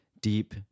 deep